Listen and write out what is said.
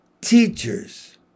teachers